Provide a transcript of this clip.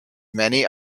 many